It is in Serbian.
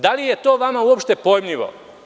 Da li je to vama uopšte pojmljivo?